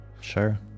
Sure